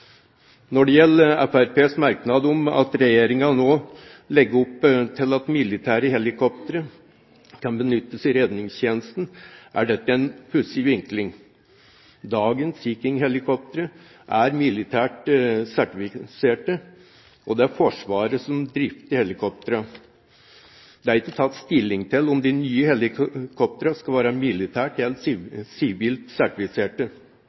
Når det gjelder Fremskrittspartiets merknad om at regjeringen nå legger opp til at militære helikoptre kan benyttes i redningstjenesten, er dette en pussig vinkling. Dagens Sea King-helikoptre er militært sertifisert, og det er Forsvaret som drifter helikoptrene. Det er ikke tatt stilling til om de nye helikoptrene skal være militært eller sivilt